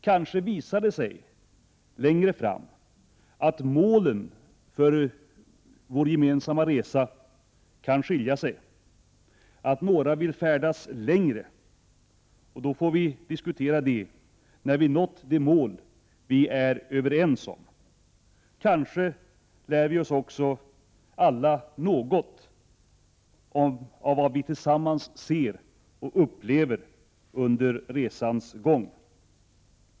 Kanske visar det sig längre fram att målen för vår gemensamma resa kan skilja sig, att några vill färdas längre. Då får vi diskutera det när vi nått de mål som vi är överens om. Kanske lär vi oss alla också något av vad vi tillsammans ser och upplever under resans gång.